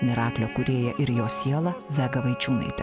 miraklio kūrėja ir jo siela vega vaičiūnaite